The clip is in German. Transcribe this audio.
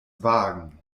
wagen